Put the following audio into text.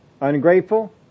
Ungrateful